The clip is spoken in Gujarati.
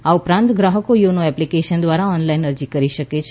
આ ઉપરાંત ગ્રાહકો થોનો એપ્લિકેશન દ્વારા ઓનલાઇન અરજી કરી શકે છે